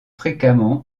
fréquemment